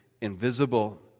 invisible